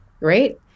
Right